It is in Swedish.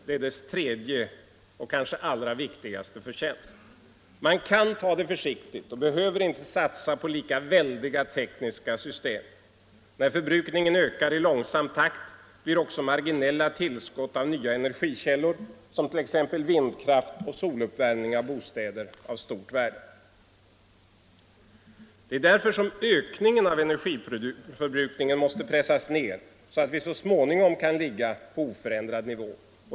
Det är dess tredje, och kanske allra viktigaste, förtjänst. Man kan ta det försiktigt och behöver inte satsa på lika väldiga tekniska system. När förbrukningen ökar i långsam takt blir också marginella tillskott av nya energikällor, som t.ex. vindkraft och soluppvärmning av bostäder, av stort värde. Det är därför ökningen av energiförbrukningen måste pressas ned, så att vi så småningom kan ligga på oförändrad nivå.